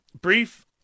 Brief